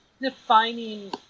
defining